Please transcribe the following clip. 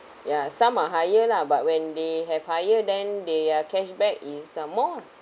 ya some are higher lah but when they have higher then they are cashback is uh more ah